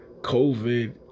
COVID